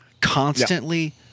constantly